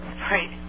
right